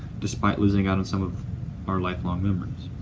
despite losing out on some of our lifelong memories.